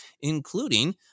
including